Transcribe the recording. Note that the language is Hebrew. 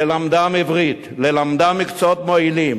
ללמדם עברית, ללמדם מקצועות מועילים,